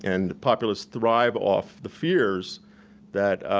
and populists thrive off the fears that